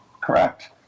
correct